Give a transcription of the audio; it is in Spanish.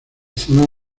zona